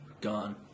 gone